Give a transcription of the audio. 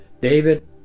David